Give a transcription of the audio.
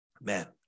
Man